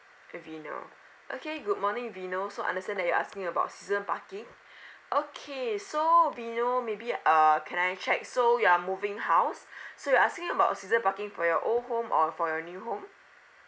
vino okay good morning vino so understand that you're asking about season parking okay so vino maybe err can I check so you are moving house so you're asking about season parking for your own home or for your new home